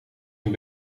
een